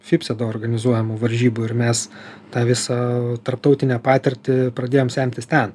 fifsedo organizuojamų varžybų ir mes tą visą tarptautinę patirtį pradėjom semtis ten